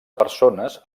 persones